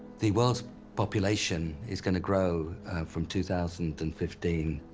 the world's population is going to grow from two thousand and fifteen,